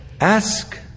Ask